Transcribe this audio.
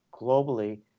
globally